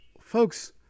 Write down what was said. Folks